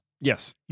Yes